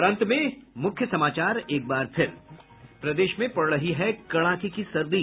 और अब अंत में मुख्य समाचार प्रदेश में पड़ रही है कड़ाके की सर्दी